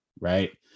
right